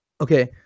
Okay